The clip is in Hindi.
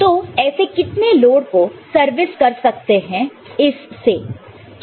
तो ऐसे कितने लोड को सर्विस कर सकते हैं इससे